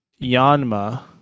Yanma